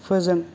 फोजों